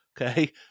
okay